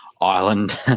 island